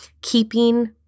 keeping